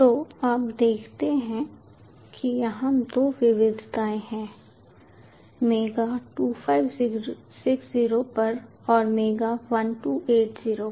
तो आप देखते हैं कि यहां दो विविधताएं हैं मेगा 2560 पर और मेगा 1280 पर